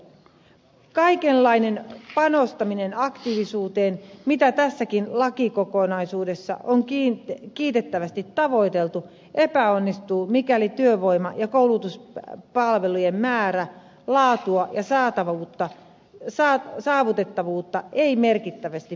kaikenlainen panostaminen aktiivisuuteen mitä tässäkin lakikokonaisuudessa on kiitettävästi tavoiteltu epäonnistuu mikäli työvoima ja koulutuspalvelujen määrää laatua ja saavutettavuutta ei merkittävästi paranneta